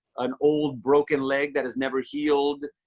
an old broken leg that has never healed,